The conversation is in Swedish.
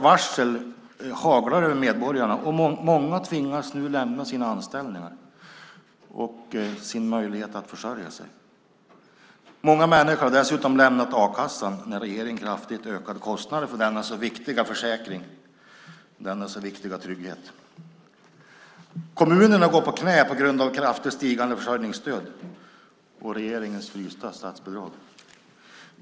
Varslen haglar över medborgarna, och många tvingas nu lämna sina anställningar och sin möjlighet att försörja sig. Många människor har dessutom lämnat a-kassan eftersom regeringen kraftigt ökade kostnaderna för denna så viktiga försäkring, denna så viktiga trygghet. Kommunerna går på knäna på grund av kraftigt stigande försörjningsstöd och regeringens frysta statsbidrag.